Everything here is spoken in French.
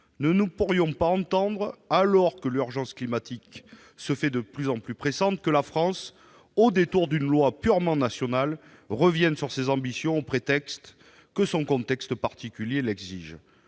ne pourrions pas comprendre, alors que l'urgence climatique se fait de plus en plus pressante, que la France, au détour d'une loi purement nationale, revienne sur ses ambitions au prétexte que son contexte particulier l'exige.